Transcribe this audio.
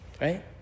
right